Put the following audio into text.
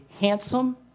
handsome